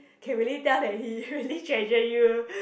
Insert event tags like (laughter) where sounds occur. can really tell that he really treasure you (breath)